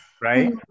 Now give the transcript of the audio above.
right